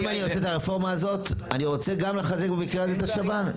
אם אני עושה את הרפורמה הזאת אני רוצה גם לחזק במקרה הזה את השב"ן.